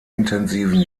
intensiven